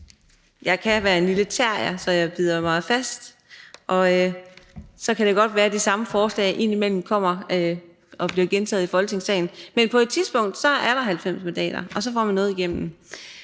jeg kan være en lille terrier, så jeg bider mig fast, så det kan godt være, at det dette forslag indimellem vil blive genfremsat i Folketingssalen. Men på et tidspunkt er der 90 mandater, og så får man noget igennem.